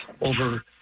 over